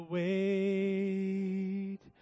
wait